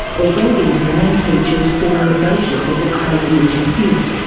although these land features form the basis of the claims and disputes,